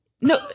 No